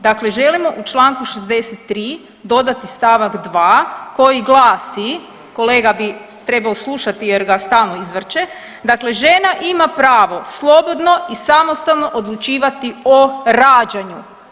Dakle, želimo u Članku 63. dodati stavak 2. koji glasi, kolega bi trebao slušati jer ga stalno izvrče, dakle žena ima pravo slobodno i samostalno odlučivati o rađanju.